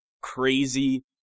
crazy